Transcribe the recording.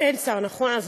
אין שר, נכון?